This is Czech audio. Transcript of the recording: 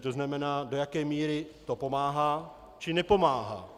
To znamená, do jaké míry to pomáhá, či nepomáhá.